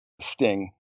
sting